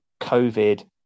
COVID